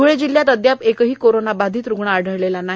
ध्ळे जिल्ह्यात अदयाप एकही कोरोना बाधित आढळलेला नाही